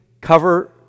cover